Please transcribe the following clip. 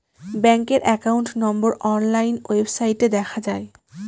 ব্যাঙ্কের account number online ওয়েবসাইটে দেখা যায়